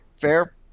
Fair